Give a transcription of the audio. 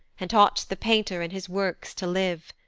and taught'st the painter in his works to live,